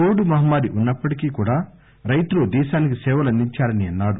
Covid మహమ్మారి ఉన్నప్పటికి కూడా రైతులు దేశానికి సేవలు అందించారని అన్నారు